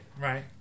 Right